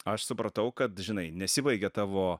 aš supratau kad žinai nesibaigia tavo